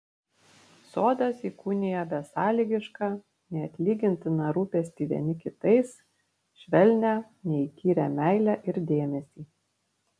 sodas įkūnija besąlygišką neatlygintiną rūpestį vieni kitais švelnią neįkyrią meilę ir dėmesį